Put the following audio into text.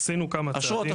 עשינו כמה צעדים --- אשרות.